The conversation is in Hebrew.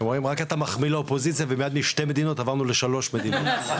אתה רק מחמיא לאופוזיציה ומיד משתי מדינות הפכנו לשלוש מדינות.